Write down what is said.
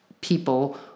people